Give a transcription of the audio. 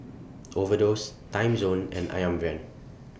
Overdose Timezone and Ayam Brand